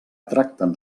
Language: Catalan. tracten